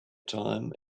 time